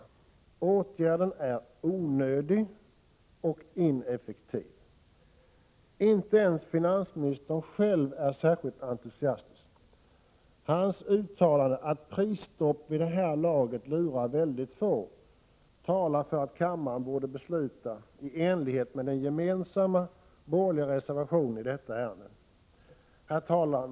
Åtgärden är onödig och ineffektiv. Inte ens finansministern själv är särskilt entusiastisk. Hans uttalande att ”prisstopp vid det här laget lurar väldigt få” talar för att kammaren borde besluta i enlighet med den gemensamma borgerliga reservationen i detta ärende. Herr talman!